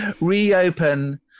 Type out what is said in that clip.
reopen